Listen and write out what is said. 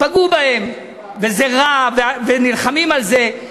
פגעו בהם, וזה רע, ונלחמים על זה.